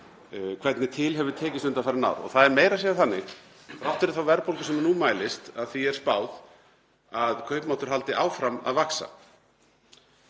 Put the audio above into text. hvernig til hefur tekist undanfarin ár. Það er meira að segja þannig, þrátt fyrir þá verðbólgu sem nú mælist, að því er spáð að kaupmáttur haldi áfram að vaxa.